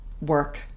work